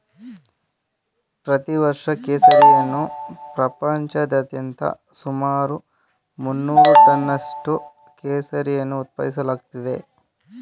ಪ್ರತಿ ವರ್ಷ ಕೇಸರಿಯನ್ನ ಪ್ರಪಂಚಾದ್ಯಂತ ಸುಮಾರು ಮುನ್ನೂರು ಟನ್ನಷ್ಟು ಕೇಸರಿಯನ್ನು ಉತ್ಪಾದಿಸಲಾಗ್ತಿದೆ